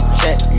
check